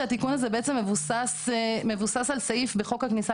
שהתיקון הזה מבוסס על סעיף בחוק הכניסה